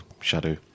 shadow